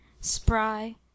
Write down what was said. spry